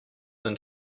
than